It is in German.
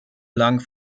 lang